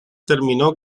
terminó